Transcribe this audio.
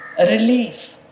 relief